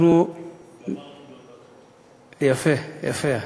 יפה, יפה.